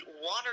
water